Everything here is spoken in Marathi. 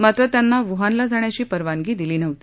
मात्र त्यांना वुहानला जाण्याची परवानगी दिली नव्हती